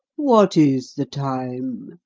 what is the time?